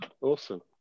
Awesome